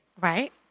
Right